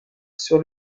sur